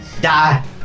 Die